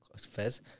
Fez